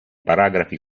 paragrafi